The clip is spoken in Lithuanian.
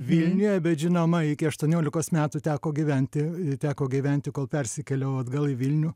vilniuje bet žinoma iki aštuoniolikos metų teko gyventi teko gyventi kol persikėliau atgal į vilnių